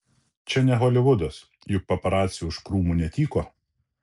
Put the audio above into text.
čia ne holivudas juk paparaciai už krūmų netyko